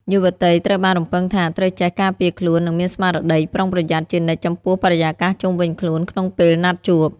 យុវតីត្រូវបានរំពឹងថា ត្រូវចេះ "ការពារខ្លួន និងមានស្មារតីប្រុងប្រយ័ត្ន" ជានិច្ចចំពោះបរិយាកាសជុំវិញខ្លួនក្នុងពេលណាត់ជួប។